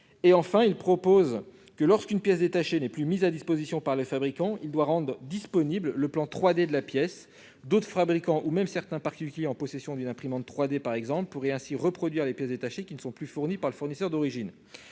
Enfin, lorsqu'une pièce détachée n'est plus mise à disposition par le fabricant, ce dernier devra rendre disponible le plan 3D de la pièce. D'autres fabricants, ou même certains particuliers en possession d'une imprimante 3D, par exemple, pourraient ainsi reproduire les pièces détachées qui ne sont plus fournies par le fournisseur d'origine.